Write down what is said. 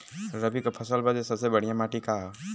रबी क फसल बदे सबसे बढ़िया माटी का ह?